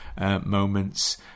moments